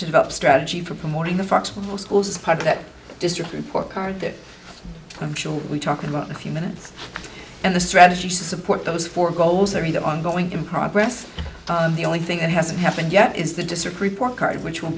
develop strategy for promoting the fox more schools is part of that district report card that i'm sure we talk about a few minutes and the strategy support those four goals are either ongoing in progress the only thing that hasn't happened yet is the district report card which will